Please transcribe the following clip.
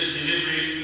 delivery